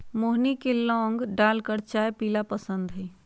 मोहिनी के लौंग डालकर चाय पीयला पसंद हई